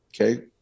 Okay